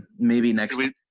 maybe next it.